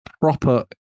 proper